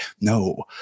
No